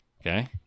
Okay